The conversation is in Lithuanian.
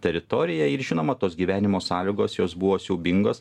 teritoriją ir žinoma tos gyvenimo sąlygos jos buvo siaubingos